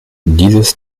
dieses